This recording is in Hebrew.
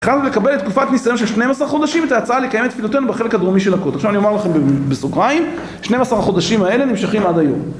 התחלנו לקבל תקופת ניסיון של 12 חודשים ואת ההצעה לקיים את תפילותינו בחלק הדרומי של הכותל עכשיו אני אומר לכם בסוגריים 12 החודשים האלה נמשכים עד היום